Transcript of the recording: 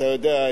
אתה יודע,